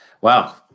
Wow